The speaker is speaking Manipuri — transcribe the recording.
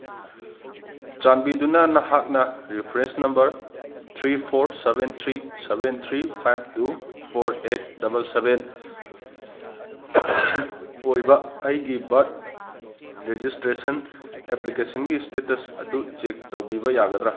ꯆꯥꯟꯕꯤꯗꯨꯅ ꯅꯍꯥꯛꯅ reference number three four seven three seven three five two four eight double seven ꯑꯣꯏꯕ ꯑꯩꯒꯤ ꯕꯔꯠ ꯔꯦꯖꯤꯁꯇ꯭ꯔꯦꯁꯟ ꯑꯦꯄ꯭ꯂꯤꯀꯦꯁꯟꯒꯤ ꯏꯁꯇꯦꯇꯁ ꯑꯗꯨ ꯆꯦꯛ ꯇꯧꯕꯤꯕ ꯌꯥꯒꯗ꯭ꯔꯥ